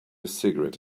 cigarette